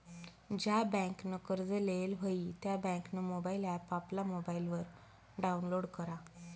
ज्या बँकनं कर्ज लेयेल व्हयी त्या बँकनं मोबाईल ॲप आपला मोबाईलवर डाऊनलोड करा